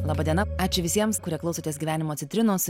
laba diena ačiū visiems kurie klausotės gyvenimo citrinos